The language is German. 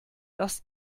das